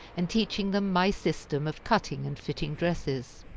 and teaching them my system of cutting and fitting dresses.